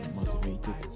motivated